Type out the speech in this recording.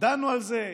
דנו על זה,